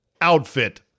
outfit